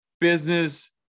business